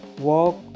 Walk